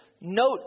note